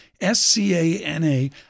S-C-A-N-A